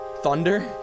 Thunder